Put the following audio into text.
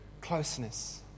closeness